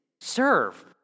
Serve